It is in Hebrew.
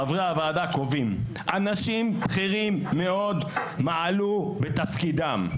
חברי הוועדה קובעים: "אנשים בכירים מאוד מעלו בתפקידם".